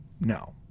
No